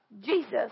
Jesus